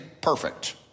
perfect